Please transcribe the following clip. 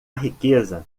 riqueza